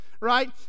right